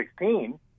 2016